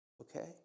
Okay